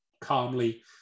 calmly